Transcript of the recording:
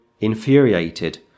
infuriated